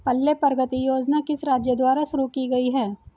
पल्ले प्रगति योजना किस राज्य द्वारा शुरू की गई है?